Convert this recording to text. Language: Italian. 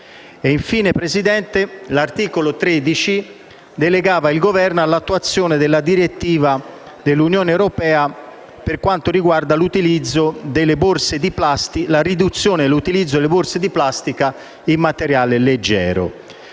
signor Presidente, l'articolo 13 delegava il Governo all'attuazione della direttiva dell'Unione europea per quanto riguarda la riduzione e l'utilizzo delle borse di plastica in materiale leggero.